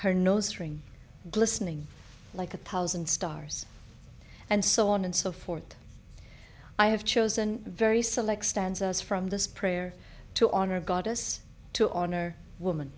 her nose ring glistening like a thousand stars and so on and so forth i have chosen very select stands us from this prayer to honor goddess to honor woman